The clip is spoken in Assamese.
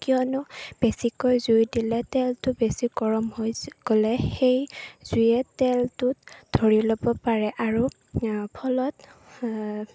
কিয়নো বেছিকৈ জুই দিলে তেলটো বেছি গৰম হৈ গ'লে সেই জুয়ে তেলটোত ধৰি ল'ব পাৰে আৰু ফলত